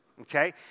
Okay